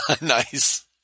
Nice